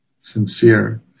sincere